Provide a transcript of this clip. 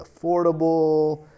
affordable